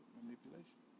manipulation